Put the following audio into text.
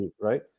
right